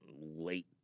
late